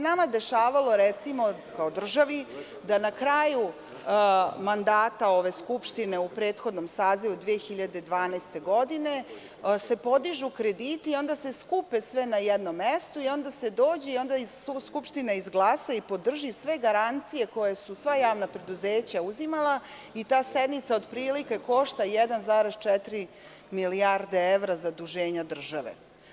Nama se dešavalo, recimo, kao državi, da se na kraju mandata ove skupštine, u prethodnom sazivu 2012. godine, podižu krediti i onda se skupe sve na jednom mestu i onda se dođe, onda Skupština izglasa i podrži sve garancije koje su sva javna preduzeća uzimala i ta sednica otprilike košta 1,4 milijarde evra zaduženja države.